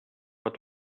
what